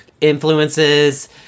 influences